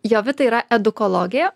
jovita yra edukologė